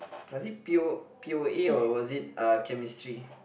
was it P_O p_o_a or was it uh Chemistry